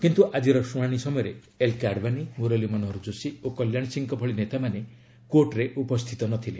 କିନ୍ତୁ ଆଜିର ଶୁଣାଣି ସମୟରେ ଏଲ୍କେ ଆଡଭାନୀ ମୁରଲୀମନୋହର ଯୋଶୀ ଓ କଲ୍ୟାଣ ସିଂହଙ୍କ ଭଳି ନେତାମାନେ କୋର୍ଟରେ ଉପସ୍ଥିତ ନଥିଲେ